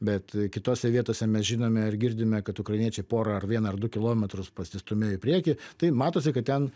bet kitose vietose mes žinome ir girdime kad ukrainiečiai porą ar vieną ar du kilometrus pasistūmėjo į priekį tai matosi kad ten